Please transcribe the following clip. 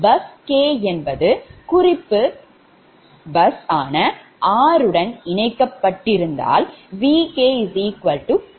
bus k என்பது குறிப்பு r பஸ்ஸுடன் இணைக்கப்பட்டிருந்தால் Vk0